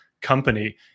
company